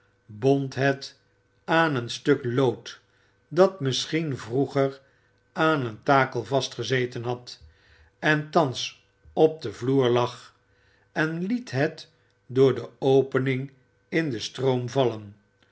bond het aan een stuk lood dat misschien vroeger aan een takel vastgezeten had en thans op den vloer lag en liet het door de opening in den stroom vallen